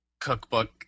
cookbook